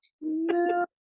No